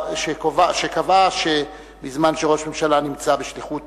שקבעה שבזמן שראש ממשלה נמצא בשליחות